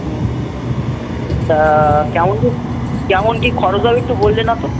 ও তা কেমন কী কেমন কী খরচ হবে একটু বললে না তো